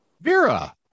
Vera